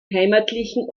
heimatlichen